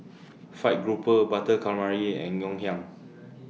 Fried Grouper Butter Calamari and Ngoh Hiang